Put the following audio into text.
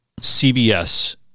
CBS